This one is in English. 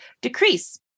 decrease